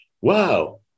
Wow